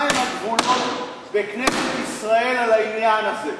השאלה: מה הם הגבולות בכנסת ישראל לעניין הזה?